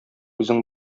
үзең